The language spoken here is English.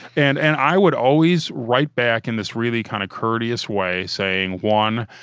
and and i would always write back in this really kind of courteous way saying one,